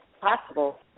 possible